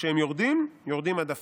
כשהן יורדין, יורדין עד עפר.